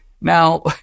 Now